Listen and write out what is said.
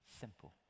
simple